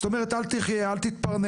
זאת אומרת, אל תחיה, אל תתפרנס.